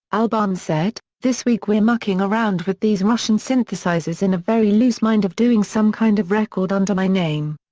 albarn said this week we're mucking around with these russian synthesizers in a very loose mind of doing some kind of record under my name.